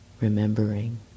remembering